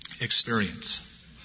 experience